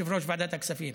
יושב-ראש ועדת הכספים.